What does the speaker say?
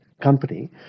company